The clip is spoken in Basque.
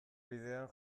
bidean